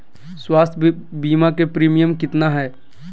स्वास्थ बीमा के प्रिमियम कितना है?